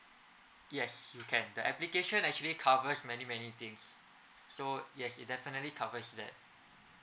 yes can the application actually covers many many things so yes it definitely covers that